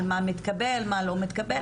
על מה מתקבל ומה לא מתקבל.